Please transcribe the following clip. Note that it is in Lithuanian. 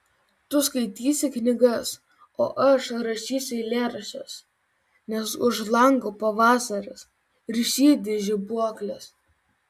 tu skaitysi knygas o aš rašysiu eilėraščius nes už lango pavasaris ir žydi žibuoklės